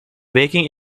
baking